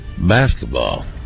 basketball